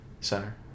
Center